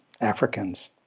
Africans